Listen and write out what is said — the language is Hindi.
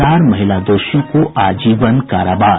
चार महिला दोषियों को आजीवन कारावास